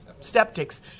septic's